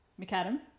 McAdam